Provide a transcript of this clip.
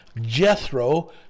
Jethro